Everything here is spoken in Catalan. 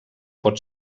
pot